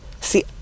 See